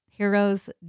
Heroes